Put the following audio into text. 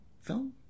film